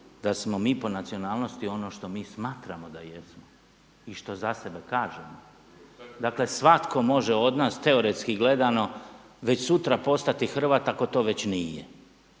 da smo mi po nacionalnosti ono što mi smatramo da jesmo i što za sebe kažemo. Dakle svatko može od nas teoretski gledano već sutra postati Hrvat ako to već nije.